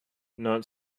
not